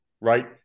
right